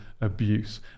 abuse